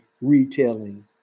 retailing